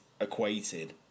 equated